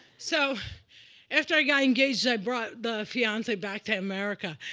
so after i got engaged, i brought the fiance back to america.